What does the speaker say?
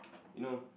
you know